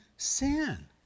Sin